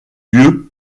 lieu